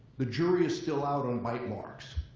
the jury is still out on bite marks.